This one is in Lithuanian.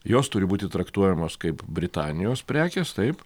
jos turi būti traktuojamos kaip britanijos prekės taip